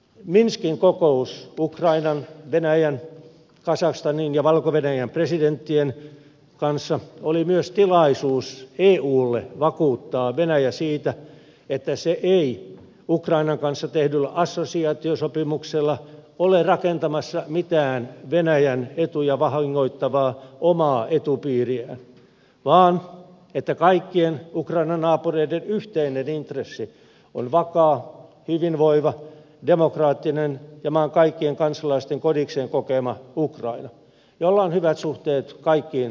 minskin kokous ukrainan venäjän kazakstanin ja valko venäjän presidenttien kanssa oli myös tilaisuus eulle vakuuttaa venäjä siitä että se ei ukrainan kanssa tehdyllä assosiaatiosopimuksella ole rakentamassa mitään venäjän etuja vahingoittavaa omaa etupiiriään vaan että kaikkien ukrainan naapurien yhteinen intressi on vakaa hyvinvoiva demokraattinen ja maan kaik kien kansalaisten kodikseen kokema ukraina jolla on hyvät suhteet kaikkiin naapureihinsa